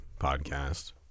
podcast